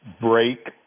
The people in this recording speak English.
break